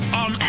on